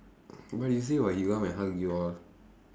but you say [what] he come and hug you all